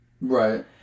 Right